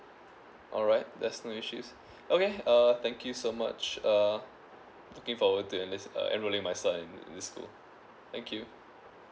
alright that's not an issue okay uh thank you so much err looking forward to enrol in uh enrolling my son in in the school thank you